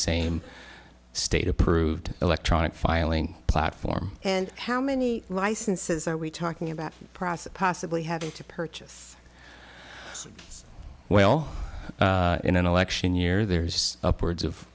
same state approved electronic filing platform and how many licenses are we talking about process possibly having to purchase well in an election year there's upwards of